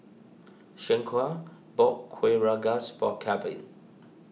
Shanequa bought Kuih Rengas for Kelvin